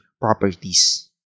properties